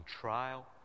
trial